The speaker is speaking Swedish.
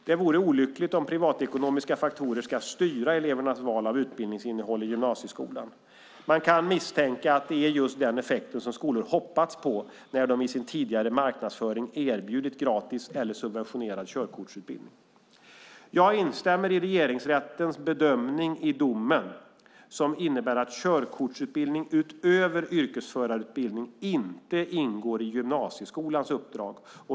Det vore olyckligt om privatekonomiska faktorer ska styra elevernas val av utbildningsinnehåll i gymnasieskolan. Man kan misstänka att det är just den effekten som skolor hoppats på när de i sin tidigare marknadsföring erbjudit gratis eller subventionerad körkortsutbildning. Jag instämmer i Regeringsrättens bedömning i domen som innebär att körkortsutbildning utöver yrkesförarutbildning inte ingår gymnasieskolans uppdrag.